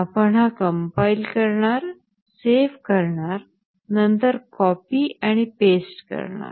आपण हा compile करणार सेव्ह करणार नंतर कॉपी आणि पेस्ट करणार